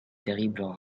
terribles